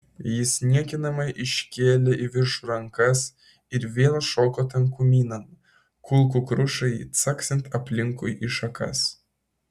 jis niekinamai iškėlė į viršų rankas ir vėl šoko tankumynan kulkų krušai caksint aplinkui į šakas